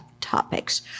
topics